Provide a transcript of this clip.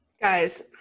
Guys